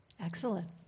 Excellent